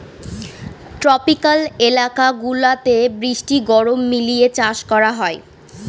tropical এলাকা গুলাতে বৃষ্টি গরম মিলিয়ে চাষ করা হয়